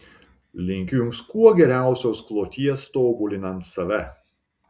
linkiu jums kuo geriausios kloties tobulinant save